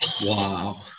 Wow